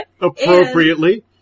appropriately